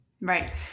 Right